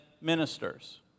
ministers